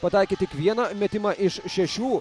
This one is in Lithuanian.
pataikė tik vieną metimą iš šešių